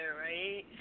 right